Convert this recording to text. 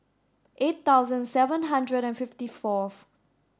eight thousand seven hundred and fifty fourth